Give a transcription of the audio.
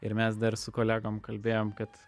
ir mes dar su kolegom kalbėjom kad